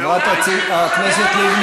חברת הכנסת לבני,